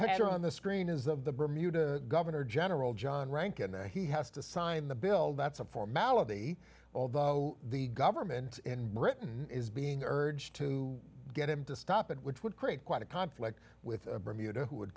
picture on the screen is the bermuda governor general john rank and he has to sign the bill that's a formality although the government in britain is being urged to get him to stop it which would create quite a conflict with bermuda who would